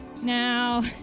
Now